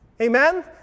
Amen